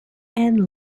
and